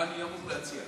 מה אני אמור להציע?